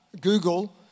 Google